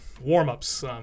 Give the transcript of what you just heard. warm-ups